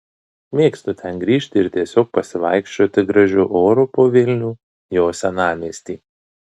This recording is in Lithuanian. mėgstu ten grįžti ir tiesiog pasivaikščioti gražiu oru po vilnių jo senamiestį